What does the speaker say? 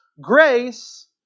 Grace